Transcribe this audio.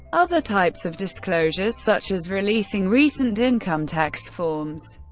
other types of disclosures, such as releasing recent income tax forms,